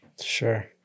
Sure